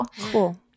Cool